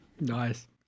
Nice